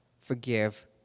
forgive